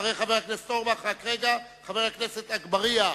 אחרי חבר הכנסת אורבך, חבר הכנסת אגבאריה.